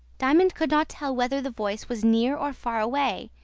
diamond could not tell whether the voice was near or far away,